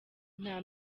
nta